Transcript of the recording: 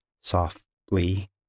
softly